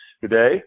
today